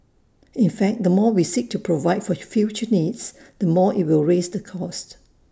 in fact the more we seek to provide for future needs the more IT will raise the cost